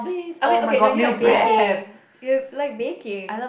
I mean okay do you like baking you like baking